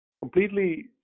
completely